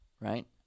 right